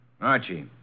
Archie